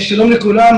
שלום לכולם,